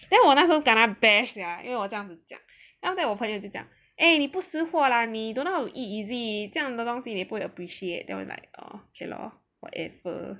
then 我那时候 kena bash sia 因为我这样子讲 after that 我朋友就讲 eh 你不识货啦你 don't know how to eat is it 这样的东西你不会 appreciate then I was like oh okay lor whatever